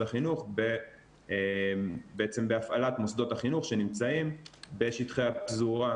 החינוך בעצם בהפעלת מוסדות החינוך שנמצאים בשטחי הפזורה,